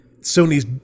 Sony's